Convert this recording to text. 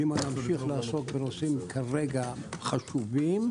אם נמשיך לעסוק בנושאים כרגע חשובים,